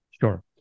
Sure